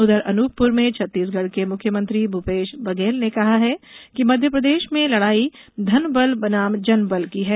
उधर अनूपपुर में छत्तीसगढ़ के मुख्यमंत्री भूपेश बघेल ने कहा कि मध्यप्रदेश में लड़ाई धन बल बनाम जनबल की है